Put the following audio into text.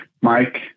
Mike